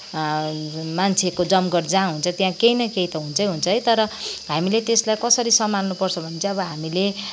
मान्छेको जमघट जहाँ हुन्छ त्यहाँ केही न केही त हुन्छै हुन्छ है तर हामी त्यसलाई कसरी सम्हाल्नुपर्छ भने चाहिँ अब हामीले